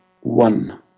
one